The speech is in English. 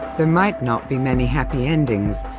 there might not be many happy endings,